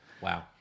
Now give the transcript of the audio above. Wow